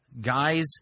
guys